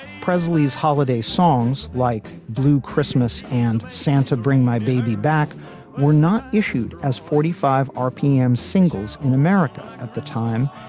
presley's holiday songs like blue christmas and santa bring my baby back were not issued as forty five pm singles in america at the time,